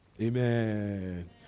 Amen